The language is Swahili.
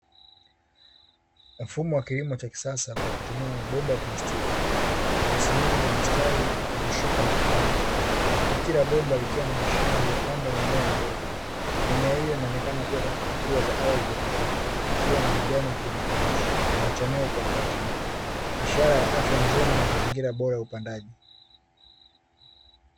Mfumo wa kilimo cha kisasa kwa kutumia mabomba plastiki yaliyosimikwa kwa mistari ya kushuka na kupanda, huku kila bomba likiwa na mashimo yaliyopandwa mimea midogo. Mimea hiyo inaonekana kuwa katika hatua za awali za ukuaji, ikiwa na majani ya kijani kibichi yanayochanua kwa utaratibu;; ishara ya afya njema na mazingira bora ya upandaji.